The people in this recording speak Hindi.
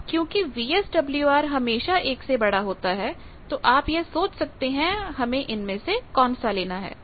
अब क्योंकि वीएसडब्ल्यूआर हमेशा 1 से बड़ा होता है तो आप यह सोच सकते हैं इनमे से कौन सा लेना है